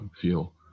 feel